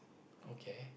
okay